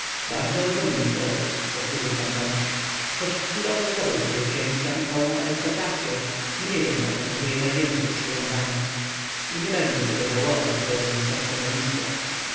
bardzo rozumny człowiek powtórzył pan tomasz choć chwilowo zdobył sobie księcia i całą arystokracyą mnie jednak okazuje najwięcej przywiązania i nie będzie tego żałował gdy odzyskam stanowisko